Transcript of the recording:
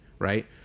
Right